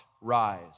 rise